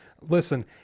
Listen